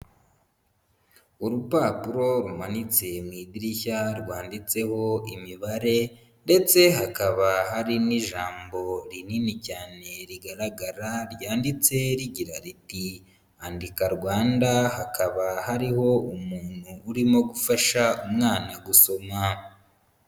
Urupapuro rumanitse mu idirishya, rwanditseho imibare. Ndetse hakaba hari n'ijambo rinini cyane rigaragara ryanditse rigira riti, andika Rwanda. Hakaba hariho umuntu urimo gufasha umwana gusoma.